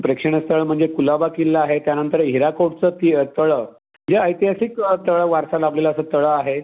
प्रेक्षणीय स्थळ म्हणजे कुलाबा किल्ला आहे त्यानंतर हिराकोटचं की तळं या ऐतिहासिक तळं वारसा लाभलेलं असं तळं आहे